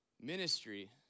Ministry